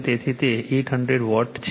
તેથી તે 800 વોટ છે